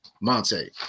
Monte